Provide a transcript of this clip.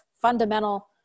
fundamental